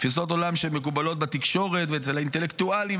תפיסות עולם שמקובלות בתקשורת ואצל האינטלקטואלים,